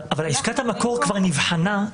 אבל עסקת המקור כבר נבחנה,